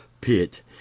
pit